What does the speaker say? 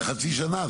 אבל חצי שנה,